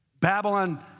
Babylon